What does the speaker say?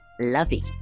lovey